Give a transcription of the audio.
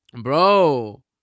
bro